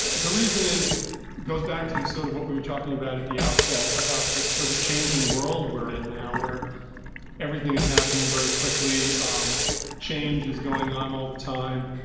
the reason goes back to sort of what we were talking about at the outset about this sort of changing world we're in now where everything is happening very quickly, um change is going on all the time,